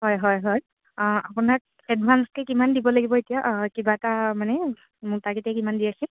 হয় হয় হয় আপোনাক এডভান্সকৈ কিমান দিব লাগিব এতিয়া কিবা এটা মানে মোৰ মুটাকৈ এতিয়া কিমান দি ৰাখিম